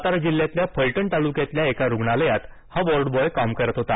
सातारा जिल्ह्यातल्या फलटण तालुक्यातल्या एका रुग्णालयात हा वॉर्डबॉय काम करत होता